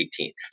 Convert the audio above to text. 18